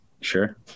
Sure